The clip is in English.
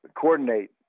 coordinate